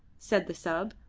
said the sub,